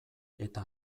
eta